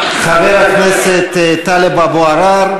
חבר הכנסת טלב אבו עראר,